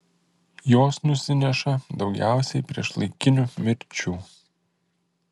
jos nusineša daugiausiai priešlaikinių mirčių